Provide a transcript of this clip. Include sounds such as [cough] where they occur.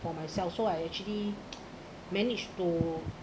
for myself so I actually [noise] managed to